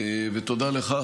תודה לך,